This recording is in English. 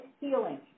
healing